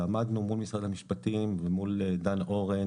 ועמדנו מול משרד המשפטים ומול דן אורן